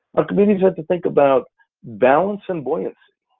archimedes had to think about balance and buoyance,